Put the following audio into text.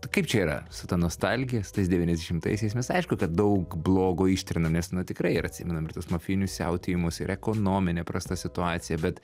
kaip čia yra su ta nostalgija su tais devyniasdešimtaisiais mes aišku kad daug blogo ištrinam nes na tikrai ir atsimenam ir tuos mafijinius siautėjimus ir ekonominė prasta situacija bet